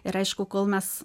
ir aišku kol mes